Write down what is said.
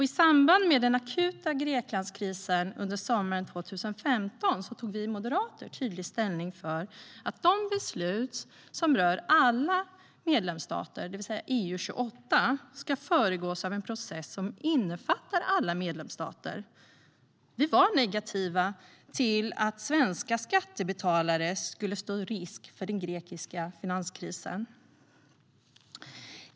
I samband med den akuta Greklandskrisen sommaren 2015 tog vi moderater tydlig ställning för att beslut som rör alla medlemsstater, det vill säga EU 28, ska föregås av en process som innefattar alla medlemsstater. Vi var negativa till att svenska skattebetalare skulle stå risk för den grekiska finanskrisen.